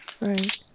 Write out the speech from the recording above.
Right